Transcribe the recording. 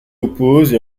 oppose